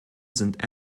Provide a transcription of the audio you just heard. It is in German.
sind